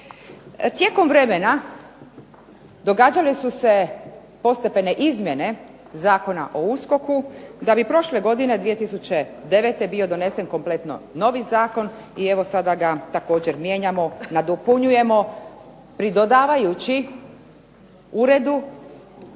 Tijekom vremena događale su se postepene izmjene Zakona u USKOK-u, da bi prošle godine 2009. bio donesen kompletno novi zakon, i evo sada ga također mijenjamo, nadopunjujemo, pridodavajući uredu,